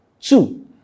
two